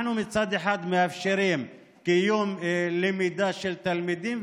אנחנו מצד אחד מאפשרים קיום למידה של תלמידים,